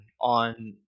on